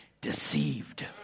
Deceived